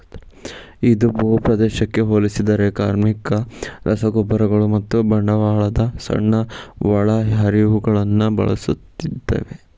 ಇದು ಭೂಪ್ರದೇಶಕ್ಕೆ ಹೋಲಿಸಿದರೆ ಕಾರ್ಮಿಕ, ರಸಗೊಬ್ಬರಗಳು ಮತ್ತು ಬಂಡವಾಳದ ಸಣ್ಣ ಒಳಹರಿವುಗಳನ್ನು ಬಳಸುತ್ತದೆ